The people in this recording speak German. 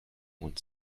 und